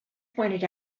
pointed